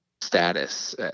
status